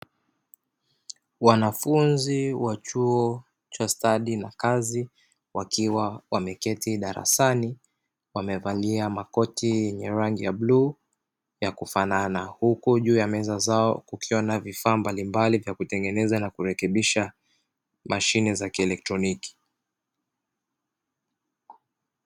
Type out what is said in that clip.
Wanafunzi wa chuo cha stadi na kazi wakiwa wameketi darasani wamevalia makoti yenye rangi ya bluu ya kufanana, huko juu ya meza zao kukiwa na vifaa mbalimbali vya kutengeneza na kurekebisha machine za kielektroniki.